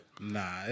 Nah